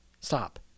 Stop